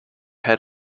head